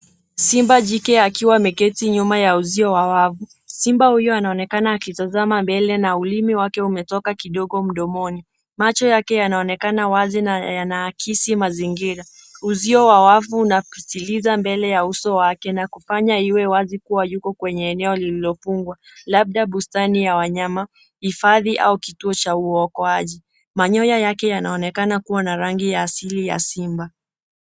Simba jike akiwa ameketi nyuma usio wa wafu, Simba huyu anaonekana akitazama mbele na ulimi wake umetoka kidogo mdomoni, macho yake yanaonekana wazi na yanahakisi mazingira, husio wa wafu na kusitiliza mbele wa uso wake na kufanya iwe wasi kuwa hayuko kwenye eneo lililofungwa labda pustani ya wanyama hifadhi au kituo cha uokoaji, manyoya yake yanaonekana kuwa na hasili ya simba